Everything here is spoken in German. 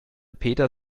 peter